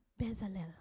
Bezalel